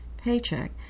paycheck